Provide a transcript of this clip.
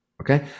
okay